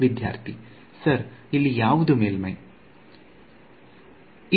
ವಿದ್ಯಾರ್ಥಿ ಸರ್ ಇಲ್ಲಿ ಯಾವುದು ಮೇಲ್ಮೈ ಗಡಿ